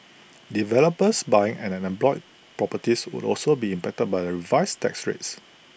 developers buying en bloc properties would also be impacted by the revised tax rates